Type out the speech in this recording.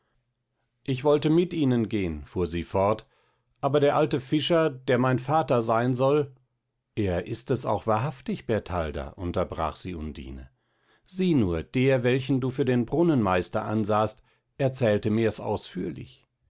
ich wollte mit ihnen gehn fuhr sie fort aber der alte fischer der mein vater sein soll er ist es auch wahrhaftig bertalda unterbrach sie undine sieh nur der welchen du für den brunnenmeister ansahst erzählte mir's ausführlich